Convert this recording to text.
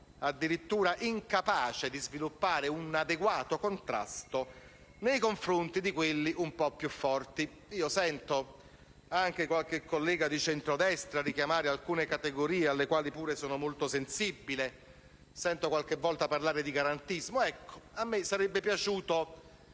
addirittura incapace di sviluppare un adeguato contrasto nei confronti di quelli un po' più forti. Sento anche qualche collega di centro destra richiamare alcune categorie alle quali sono molto sensibile. Sento qualche volta parlare di garantismo. Mi sarebbe piaciuto